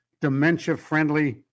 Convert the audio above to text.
dementia-friendly